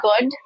good